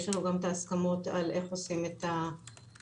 יש לנו גם הסכמות איך עושים את ההפרדה